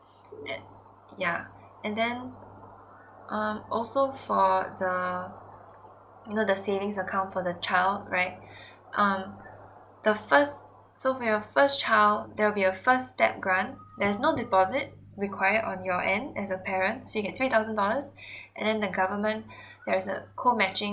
at yeah and then um also for the you know the savings account for the child right um the first so for your first child there will be a first step grant there's no deposit required on your end as a parent so you get three thousand dollars and then the government there is a cold matching